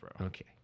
Okay